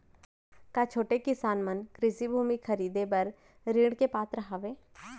का छोटे किसान मन कृषि भूमि खरीदे बर ऋण के पात्र हवे?